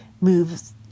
moves